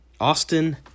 Austin